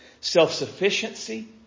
self-sufficiency